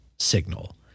signal